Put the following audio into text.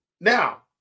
Now